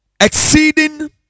exceeding